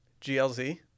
GLZ